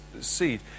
seed